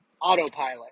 autopilot